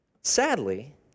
Sadly